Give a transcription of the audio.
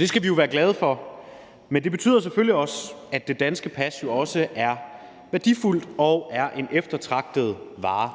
Det skal vi være glade for, men det betyder selvfølgelig også, at det danske pas er værdifuldt og er en eftertragtet vare.